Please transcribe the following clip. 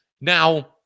Now